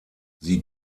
sie